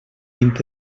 vint